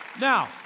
Now